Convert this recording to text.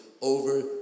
over